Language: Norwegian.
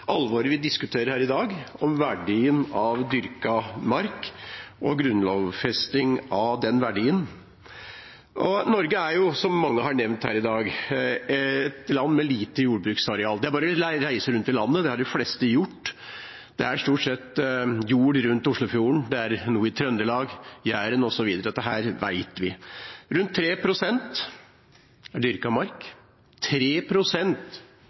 alvoret vi diskuterer her i dag, om verdien av dyrket mark og grunnlovfesting av den verdien. Norge er jo, som mange har nevnt her i dag, et land med lite jordbruksareal. Det er bare å reise rundt i landet – det har de fleste gjort. Det er stort sett jord rundt Oslofjorden, og det er noe i Trøndelag, på Jæren osv. Dette vet vi. Rundt 3 pst. er dyrket mark